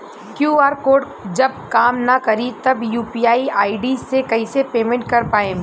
QR code जब काम ना करी त यू.पी.आई आई.डी से कइसे पेमेंट कर पाएम?